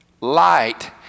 light